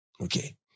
Okay